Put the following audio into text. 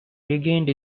regained